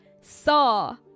saw